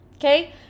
Okay